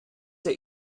der